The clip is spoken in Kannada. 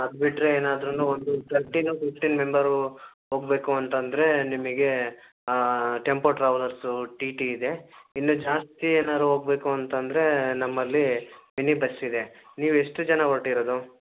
ಅದು ಬಿಟ್ರೆ ಏನಾದ್ರೂ ಒಂದು ತರ್ಟೀನು ಫಿಫ್ಟೀನ್ ಮೆಂಬರು ಹೋಗ್ಬೇಕು ಅಂತಂದರೆ ನಿಮಗೆ ಟೆಂಪೋ ಟ್ರಾವೆಲ್ಲರ್ಸು ಟೀ ಟೀ ಇದೆ ಇನ್ನೂ ಜಾಸ್ತಿ ಏನಾದ್ರೂ ಹೋಗ್ಬೇಕು ಅಂತಂದರೆ ನಮ್ಮಲ್ಲಿ ಮಿನಿ ಬಸ್ ಇದೆ ನೀವು ಎಷ್ಟು ಜನ ಹೊರ್ಟಿರೋದು